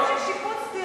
שיפוץ דירות.